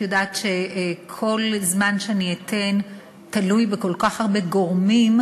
את יודעת שכל זמן שאני אתן תלוי בכל כך הרבה גורמים,